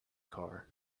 car